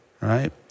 right